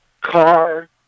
car